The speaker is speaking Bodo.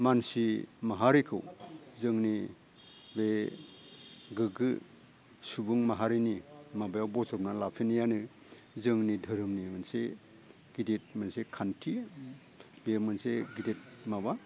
मानसि माहारिखौ जोंनि बे गोग्गो सुबुं माहारिनि माबायाव बजबना लाफिन्नायानो जोंनि दोहोरोमनि मोनसे गिदिद मोनसे खान्थि बेयो मोनसे गिदिद माबा